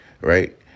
right